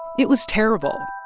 it was terrible.